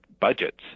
budgets